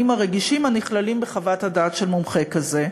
הרגישים הנכללים בחוות הדעת של מומחה כזה.